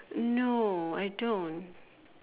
no I don't